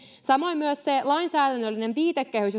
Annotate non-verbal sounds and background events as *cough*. samoin myös se lainsäädännöllinen viitekehys *unintelligible*